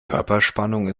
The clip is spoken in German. körperspannung